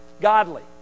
godly